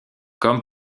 comme